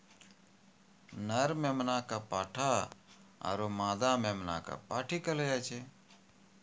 नर मेमना कॅ पाठा आरो मादा मेमना कॅ पांठी कहलो जाय छै